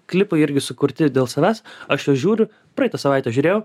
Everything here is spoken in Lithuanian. klipai irgi sukurti dėl savęs aš juos žiūriu praeitą savaitę žiūrėjau